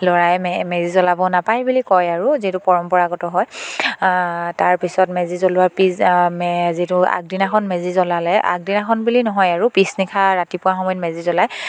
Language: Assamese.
লৰাই মেজি জ্বলাব নাপায় বুলি কয় আৰু যিহেতু পৰম্পৰাগত হয় তাৰপিছত মেজি জ্বলোৱাৰ পিছ মে যিটো আগদিনাখন মেজি জ্বলালে আগদিনাখন বুলি নহয় আৰু পিছ নিশা ৰাতিপুৱা সময়ত মেজি জ্বলাই